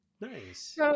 Nice